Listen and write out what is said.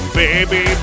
baby